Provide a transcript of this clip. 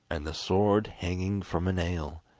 and the sword hanging from a nail.